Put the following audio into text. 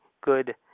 good